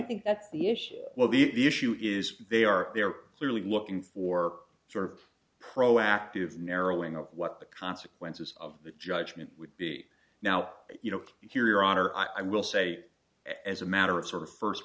think that's the issue well leave the issue is they are there clearly looking for sort of proactive narrowing of what the consequences of the judgment would be now you know if your honor i will say as a matter of sort of first